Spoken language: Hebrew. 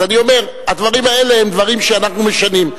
אז אני אומר שהדברים האלה הם דברים שאנחנו משנים.